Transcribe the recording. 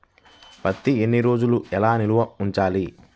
పత్తి ఎన్ని రోజులు ఎలా నిల్వ ఉంచాలి?